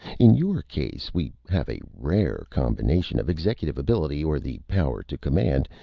in your case we have a rare combination of executive ability, or the power to command,